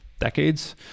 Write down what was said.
decades